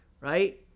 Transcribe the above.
right